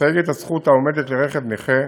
מסייג את הזכות העומדת לרכב נכה